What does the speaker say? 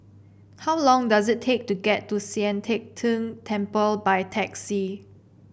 how long does it take to get to Sian Teck Tng Temple by taxi